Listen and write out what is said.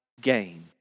gain